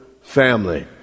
family